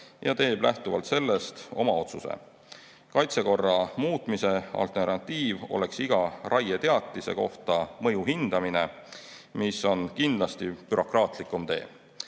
ja teeb lähtuvalt sellest oma otsuse. Kaitsekorra muutmise alternatiiv oleks iga raieteatise kohta mõju hindamine, mis on kindlasti bürokraatlikum tee.